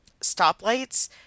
stoplights